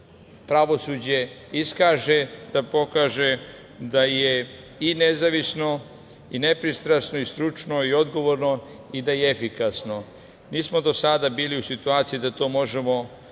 pravosuđe iskaže, da pokaže da je i nezavisno, i nepristrasno, i stručno, i odgovorno i da je efikasno. Mi smo do sada bili u situaciji da to možemo